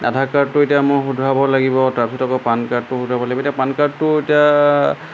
আধাৰ কাৰ্ডটো এতিয়া মোৰ শুধৰাব লাগিব তাৰপিছত আকৌ পান কাৰ্ডটো শুধৰাব লাগিব এতিয়া পান কাৰ্ডটো এতিয়া